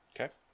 Okay